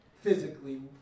physically